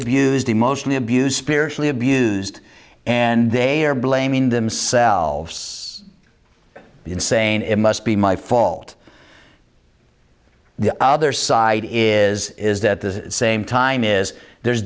abused emotionally abused spiritually abused and they are blaming themselves in saying it must be my fault the other side is is that the same time is there